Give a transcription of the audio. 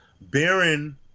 baron